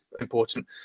important